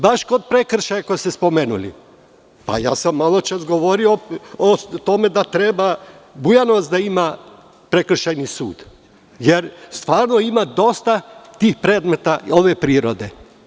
Baš kad ste prekršaje spomenuli, pa ja sam maločas govorio o tome da treba Bujanovac da ima prekršajni sud, jer stvarno ima dosta tih predmeta ove prirode.